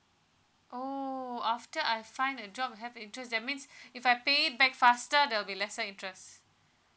oh after I find a job have interest that means if I pay back faster there will be lesser interest